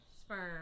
sperm